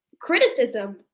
criticism